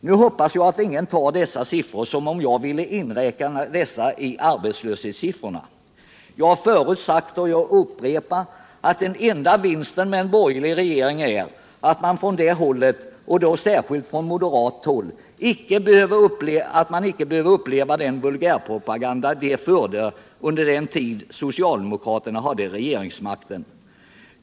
Nu hoppas jag att ingen uppfattar detta så, att jag vill inräkna dessa siffror i arbetslöshetssiffrorna. Jag har förut sagt, och jag upprepar det, att den enda vinsten med en borgerlig regering är att man från det hållet, och då särskilt från moderat håll, icke behöver uppleva den vulgärpropaganda som fördes under den tid när socialdemokraterna hade regeringsmakten.